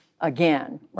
again